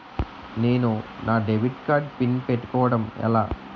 నేను నా debit card pin పెట్టుకోవడం ఎలా?